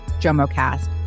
JOMOcast